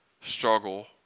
struggle